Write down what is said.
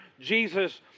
Jesus